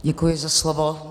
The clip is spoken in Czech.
Děkuji za slovo.